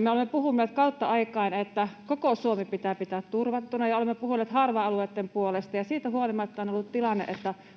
Me olemme puhuneet kautta aikain, että koko Suomi pitää pitää turvattuna, ja olemme puhuneet harva-alueitten puolesta. Ja